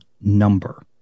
number